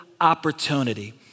Opportunity